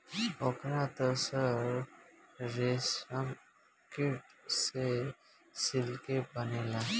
ओकर त सर रेशमकीट से सिल्के बनेला